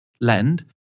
lend